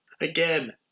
Again